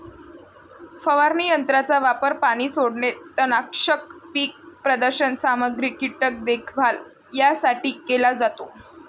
फवारणी यंत्राचा वापर पाणी सोडणे, तणनाशक, पीक प्रदर्शन सामग्री, कीटक देखभाल यासाठी केला जातो